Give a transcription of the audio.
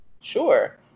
Sure